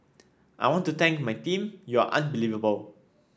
I want to thank my team you're unbelievable